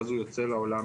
ואז הוא יוצא לעולם